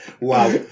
Wow